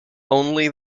only